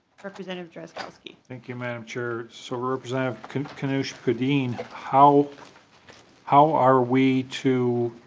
representative drazkowski thank you mme. and chair so representative kunesh-podein how how are we to